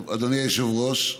אדוני היושב-ראש,